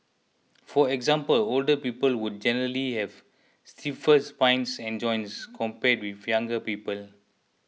for example older people would generally have stiffer spines and joints compared with younger people